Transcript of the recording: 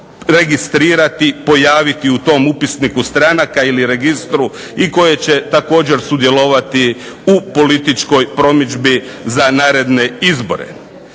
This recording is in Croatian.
registrirati i pojaviti u tom Upisniku stranaka ili Registru i koje će također sudjelovati u političkoj promidžbi za naredne izbore.